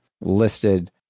listed